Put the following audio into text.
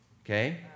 Okay